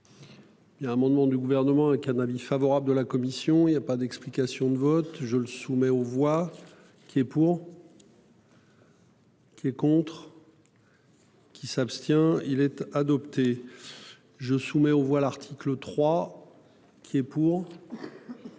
Il y a un amendement du gouvernement un avis favorable de la commission il y a pas d'explication de vote, je le soumets aux voix qui est pour.-- Qui est contre. Qui s'abstient-il être adopté. Je soumets aux voix l'article 3. Qui est pour.